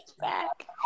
back